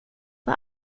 vad